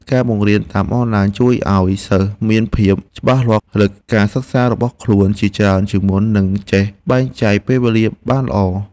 ការបង្រៀនតាមអនឡាញជួយឱ្យសិស្សមានភាពម្ចាស់ការលើការសិក្សារបស់ខ្លួនច្រើនជាងមុន និងចេះបែងចែកពេលវេលាបានល្អ។